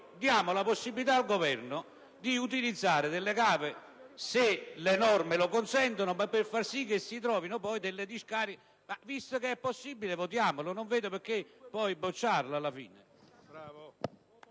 diamo la possibilità al Governo di utilizzare delle cave, se le norme lo consentono, ma per far sì che si trovino poi delle discariche. Visto che è possibile, approviamo l'emendamento; non capisco perché alla fine